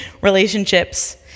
relationships